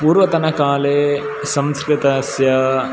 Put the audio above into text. पूर्वतनकाले संस्कृतस्य